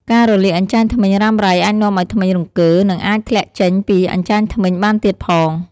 ការរលាកអញ្ចាញធ្មេញរ៉ាំរ៉ៃអាចនាំឱ្យធ្មេញរង្គើ និងអាចធ្លាក់ចេញពីអញ្ចាញធ្មេញបានទៀតផង។